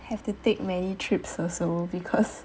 have to take many trips also because